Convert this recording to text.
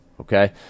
Okay